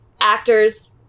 actors